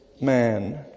man